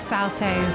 Salto